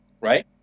Right